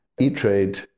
E-Trade